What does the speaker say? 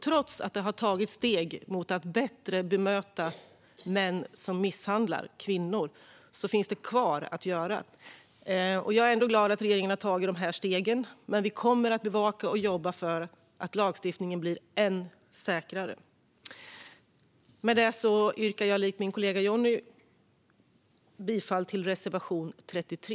Trots att det har tagits steg mot att bättre bemöta män som misshandlar kvinnor finns det kvar att göra. Jag är glad att regeringen har tagit dessa steg, men vi kommer att bevaka och jobba för att lagstiftningen blir än säkrare. Med detta yrkar jag likt min kollega Jonny bifall till reservation 33.